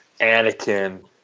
Anakin